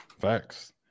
Facts